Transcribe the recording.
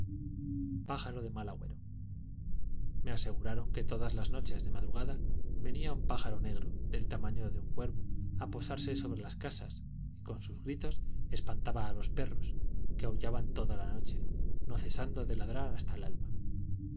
pájaro de mal agüero me asegfuraron que todas las noches de madrugada venía un pájaro negro del tamaño de un cuervo a posarse sobre las casas y con sus gritos espantaba a los perros que aullaban toda la noche no cesando de ladrar hasta el alba